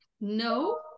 No